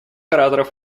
ораторов